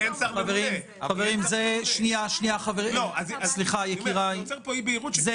זה יוצר פה אי-בהירות.